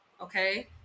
okay